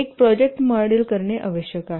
एक project model करणे आवश्यक आहे